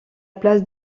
place